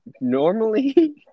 normally